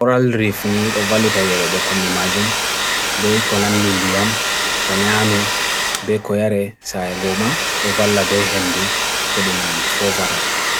Coral reef nid ovalita yere obe kon bimajum, be kon nandindiyam, kon yame, be ko yare saye goma, dovala be hendu kodum fo fatal.